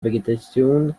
végétation